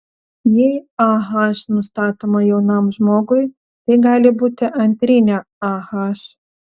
jei ah nustatoma jaunam žmogui tai gali būti antrinė ah